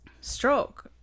stroke